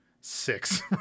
six